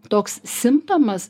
toks simptomas